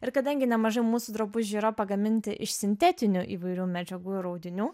ir kadangi nemažai mūsų drabužių yra pagaminti iš sintetinių įvairių medžiagų ir audinių